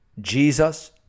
Jesus